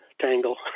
tangle